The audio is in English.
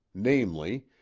namely,